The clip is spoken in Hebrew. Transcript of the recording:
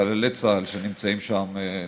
חללי צה"ל שנמצאים שם,